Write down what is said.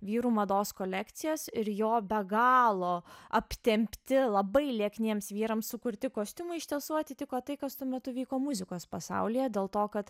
vyrų mados kolekcijas ir jo be galo aptempti labai liekniems vyrams sukurti kostiumai iš tiesų atitiko tai kas tuo metu vyko muzikos pasaulyje dėl to kad